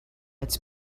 its